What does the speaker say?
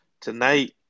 tonight